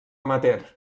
amateur